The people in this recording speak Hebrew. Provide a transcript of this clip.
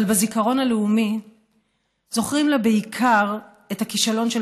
אבל בזיכרון הלאומי זוכרים לה בעיקר את הכישלון של